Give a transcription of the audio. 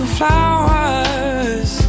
flowers